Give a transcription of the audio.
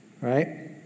right